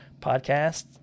podcast